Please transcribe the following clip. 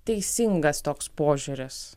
teisingas toks požiūris